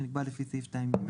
אשר נקבע לפי סעיף 2/ג',